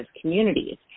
communities